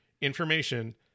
information